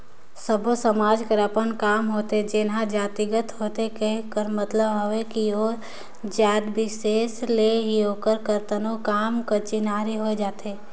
सब्बो समाज कर अपन काम होथे जेनहा जातिगत होथे कहे कर मतलब हवे कि ओ जाएत बिसेस ले ही ओकर करतनो काम कर चिन्हारी होए जाथे